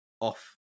off